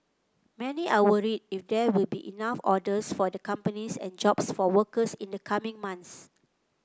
many are worried if there will be enough orders for the companies and jobs for workers in the coming months